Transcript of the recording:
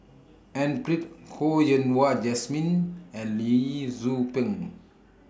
N Pritt Ho Yen Wah Jesmine and Lee Tzu Pheng